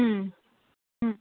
हम्म हम्म